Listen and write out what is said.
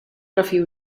refio